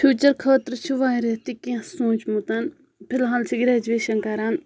future خٲطرٕ چھِ واریاہ تہِ کینٛہہ سونٛچمُت فِلحال چھِ گرٛیجویشَن کَران